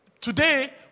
Today